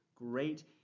great